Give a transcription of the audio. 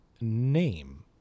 name